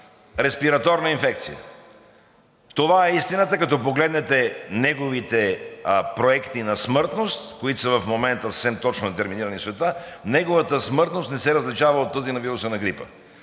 респираторна инфекция. Това е истината. Като погледнете неговите проекти на смъртност, които в момента съвсем точно детерминирани в света – неговата смъртност не се различава от тази на вируса на грипа.